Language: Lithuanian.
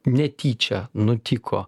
netyčia nutiko